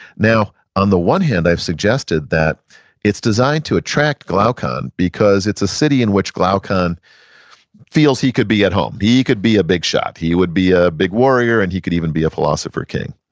now, on the one hand i've suggested that it's designed to attract glaucon because it's a city in which glaucon feels he could be at home. he he could be a bigshot. he would be a big warrior, and he could even be a philosopher king.